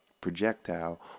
projectile